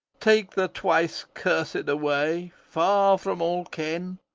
take the twice cursed away far from all ken,